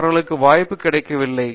அவற்களுட்கு வாய்ப்பு கிடைக்கவில்லை